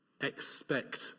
Expect